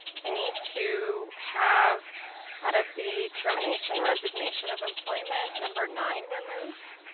i need to have out of the termination resignation of employment number nine removed.